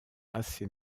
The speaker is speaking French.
assez